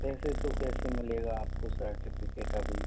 ऐसे तो कैसे मिलेगा आपको सर्टिफिकेट अभी